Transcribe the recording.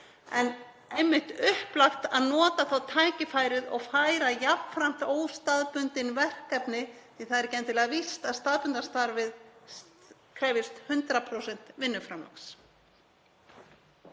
er einmitt upplagt að nota tækifærið og færa jafnframt óstaðbundin verkefni, því að það er ekki endilega víst að staðbundna starfið krefjist 100% vinnuframlags.